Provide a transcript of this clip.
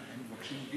למה הם לא מבקשים?